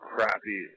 Crappy